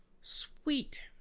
Sweet